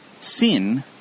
sin